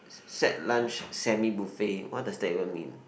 set lunch semi buffet what does that even mean